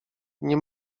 nie